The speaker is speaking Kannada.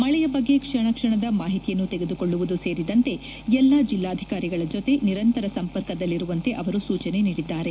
ಮಳೆಯ ಬಗ್ಗೆ ಕ್ಷಣ ಕ್ಷಣದ ಮಾಹಿತಿಯನ್ನು ತೆಗೆದುಕೊಳ್ಳುವುದು ಸೇರಿದಂತೆ ಎಲ್ಲಾ ಜಿಲ್ಲಾಧಿಕಾರಿಗಳ ಜೊತೆ ನಿರಂತರ ಸಂಪರ್ಕದಲ್ಲಿರುವಂತೆ ಅವರು ಸೂಚನೆ ನೀಡಿದ್ದಾರೆ